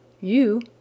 You